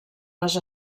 les